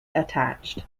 attached